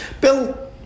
Bill